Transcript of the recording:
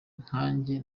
nkanjye